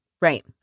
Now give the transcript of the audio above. Right